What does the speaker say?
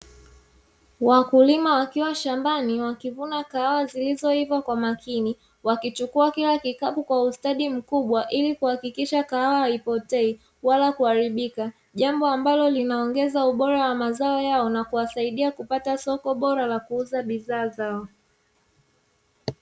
Wakulima wakiwa shambani wakivuna kahawa zilizoiva kwa makini, wakichukua kila kikapu kwa ustadi mkubwa ili kuhakikisha kahawa haipotei wala kuharibika, jambo ambalo linaongeza ubora wa mazao yao na kuwasaidia kupata soko bora la kuuza bidhaa zao.